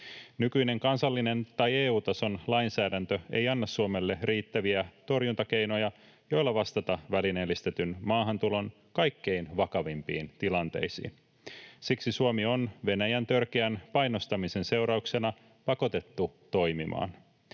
Nykyinen kansallinen tai EU-tason lainsäädäntö ei anna Suomelle riittäviä torjuntakeinoja, joilla vastata välineellistetyn maahantulon kaikkein vakavimpiin tilanteisiin. Siksi Suomi on Venäjän törkeän painostamisen seurauksena pakotettu toimimaan.